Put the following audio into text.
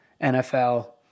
NFL